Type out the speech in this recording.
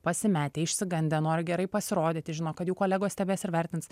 pasimetę išsigandę nori gerai pasirodyti žino kad jų kolegos stebės ir vertins